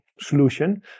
solution